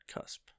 cusp